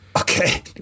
Okay